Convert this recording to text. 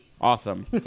awesome